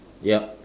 yup